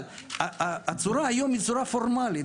אבל הצורה היום היא צורה פורמלית,